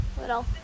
little